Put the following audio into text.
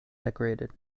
decorated